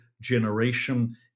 generation